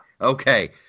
Okay